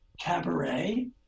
cabaret